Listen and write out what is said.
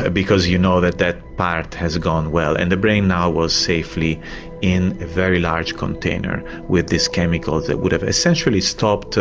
ah because you know that that part has gone well. and the brain now was safely in a very large container with these chemicals that would have essentially stopped